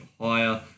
higher